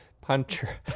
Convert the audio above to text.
puncher